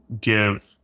Give